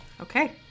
Okay